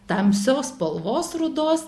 tamsios spalvos rudos